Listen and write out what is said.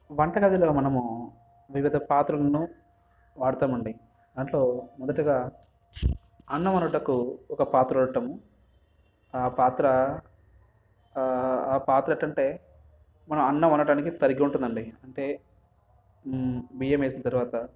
వంట గదిలో మనము వివిధ పాత్రులను వాడుతామండి దాంట్లో మొదటిగా అన్నం వండుటకు ఒక పాత్ర వాడటము ఆ పాత్ర ఆ పాత్ర కంటే మనం అన్నం వండటానికి సరిగా ఉంటుందండి అంటే బియ్యం వేసిన తర్వాత